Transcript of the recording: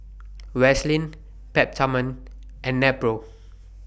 Vaselin Peptamen and Nepro